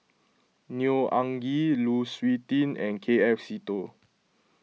Neo Anngee Lu Suitin and K F Seetoh